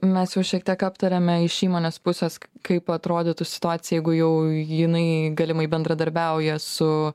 mes jau šiek tiek aptariame iš įmonės pusės kaip atrodytų situacija jeigu jau jinai galimai bendradarbiauja su